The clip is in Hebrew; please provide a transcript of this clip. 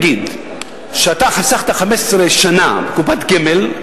שאתה חסכת 15 שנה בקופת גמל,